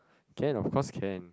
can of course can